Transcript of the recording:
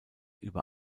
über